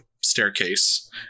staircase